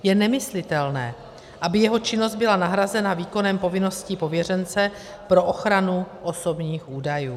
Je nemyslitelné, aby jeho činnost byla nahrazena výkonem povinností pověřence pro ochranu osobních údajů.